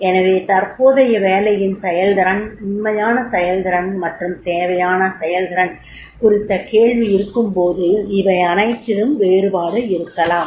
எனவே தற்போதைய வேலையின் செயல்திறன் உண்மையான செயல்திறன் மற்றும் தேவையான செயல்திறன் குறித்த கேள்வி இருக்கும்போது இவையனைத்திலும் வேறுபாடு இருக்கலாம்